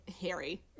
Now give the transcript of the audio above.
Harry